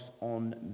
on